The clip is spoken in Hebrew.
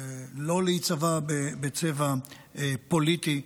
לא להיצבע בצבע פוליטי,